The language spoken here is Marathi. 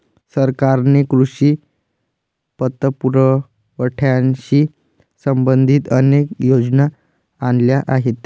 सरकारने कृषी पतपुरवठ्याशी संबंधित अनेक योजना आणल्या आहेत